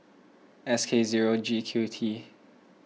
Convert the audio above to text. S K zero G Q T